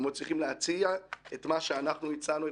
הם היו צריכים להציע את מה שאנחנו הצענו,